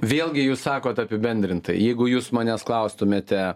vėlgi jūs sakot apibendrintai jeigu jūs manęs klaustumėte